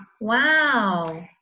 Wow